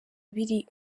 biri